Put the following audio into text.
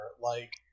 Like-